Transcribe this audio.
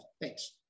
Thanks